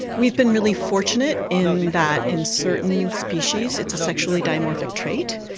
we've been really fortunate in that in certain species it's a sexually dimorphic trait.